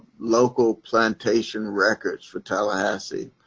local plantation records for tallahassee,